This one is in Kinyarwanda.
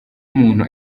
umuntu